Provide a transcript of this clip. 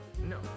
No